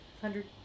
hundred